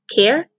care